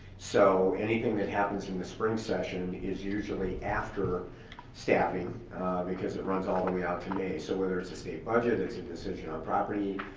so anything that happens in the spring session is usually after staffing because it runs all the way out to me, so whether it's the state budget, it's a decision on property